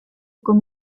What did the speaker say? como